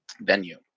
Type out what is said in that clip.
venue